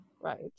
right